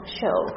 show